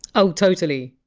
oh, totally.